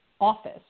office